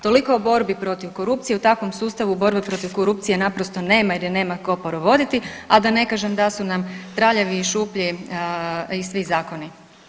Toliko o borbi protiv korupcije, u takvom sustavu borbe protiv korupcije naprosto nema jer je nema tko provoditi, a da ne kažem da su nam traljavi i šuplji i svi zakoni.